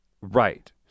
Right